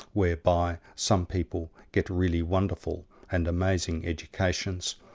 whereby some people get really wonderful and amazing educations,